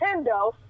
Nintendo